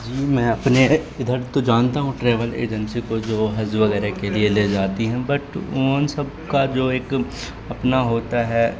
جی میں اپنے ادھر تو جانتا ہوں ٹریول ایجنسی کو جو ہز وغیرہ کے لیے لے جاتی ہیں بٹ ان سب کا جو ایک اپنا ہوتا ہے